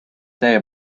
see